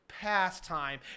pastime